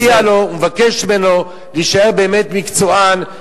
ואני מציע לו ומבקש ממנו להישאר באמת מקצוען,